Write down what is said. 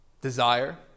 desire